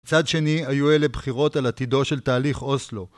מצד שני, היו אלה בחירות על עתידו של תהליך אוסלו.